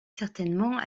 certainement